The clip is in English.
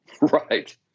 right